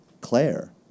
Claire